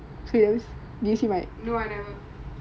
எல்லாம்செய் தெறித்து பாபு:ellamaey terithu paapu